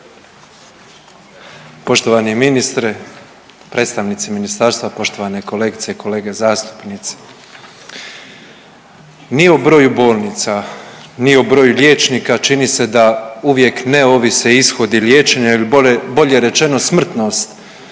Poštovani ministre, predstavnici ministarstva, poštovane kolegice i kolege zastupnici. Ni o broju bolnica, ni o broju liječnika čini se da uvijek ne ovise ishodi liječenja ili bolje rečeno smrtnost